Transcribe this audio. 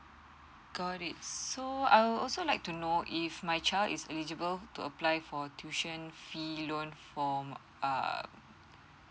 got it so I would also like to know if my child is eligible to apply for tuition fee loan for err